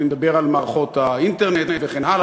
אני מדבר על מערכות האינטרנט וכן הלאה,